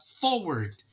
forward